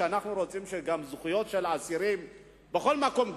אנחנו רוצים שגם הזכויות של האסירים בכל מקום,